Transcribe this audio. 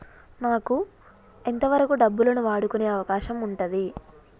నాకు ఎంత వరకు డబ్బులను వాడుకునే అవకాశం ఉంటది?